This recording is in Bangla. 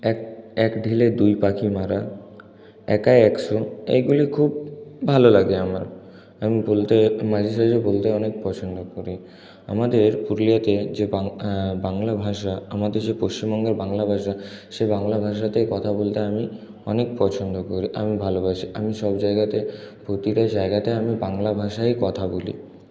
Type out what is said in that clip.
এক এক ঢিলে দুই পাখি মারা একাই একশো এইগুলি খুব ভালো লাগে আমার আমি বলতে মাঝে সাঝে বলতে অনেক পছন্দ করি আমাদের পুরুলিয়াতে যে বাংলা বাংলা ভাষা আমাদের যে পশ্চিমবঙ্গের বাংলা ভাষা সে বাংলা ভাষাতে কথা বলতে আমি অনেক পছন্দ করি ভালোবাসি আমি সব জায়গাতে প্রতিটা জায়গাতে আমি বাংলা ভাষায়ই কথা বলি